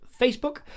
Facebook